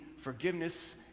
forgiveness